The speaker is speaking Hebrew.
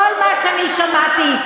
כל מה שאני שמעתי,